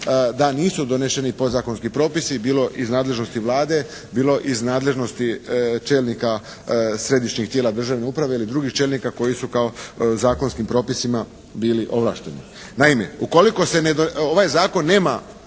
Da nisu doneseni podzakonski propisi bilo iz nadležnosti Vlade, bilo iz nadležnosti čelnika središnjih tijela državne uprave ili drugih čelnika koji su kao zakonskim propisima bili ovlašteni. Naime, ukoliko ovaj zakon nema